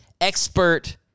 expert